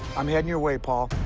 i'm heading your way, paul.